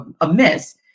amiss